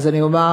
אז אני אומר,